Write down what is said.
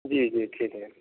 जी जी ठीक है